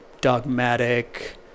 dogmatic